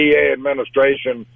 administration